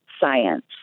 science